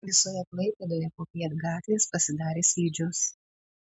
visoje klaipėdoje popiet gatvės pasidarė slidžios